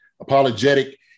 apologetic